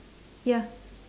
ya